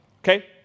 okay